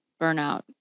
burnout